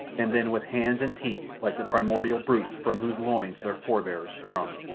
and then with hands and teeth like the primordial brutes from whose loins their forebears sprung.